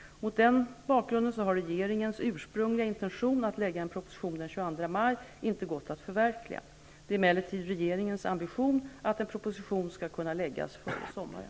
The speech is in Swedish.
Mot denna bakgrund har regeringens ursprungliga intention att lägga fram en proposition den 22 maj inte gått att förverkliga. Det är emellertid regeringens ambition att en proposition skall kunna läggas fram före sommaren.